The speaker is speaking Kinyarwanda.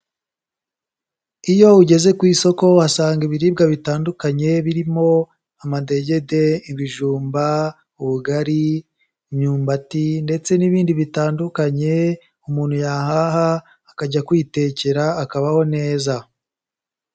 Iyo ugeze ku isoko uhasanga ibiribwa bitandukanye birimo: amadegede, ibijumba, ubugari, imyumbati, ndetse n'ibindi bitandukanye umuntu yahaha akajya kwitekera, akabaho neza.